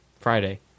Friday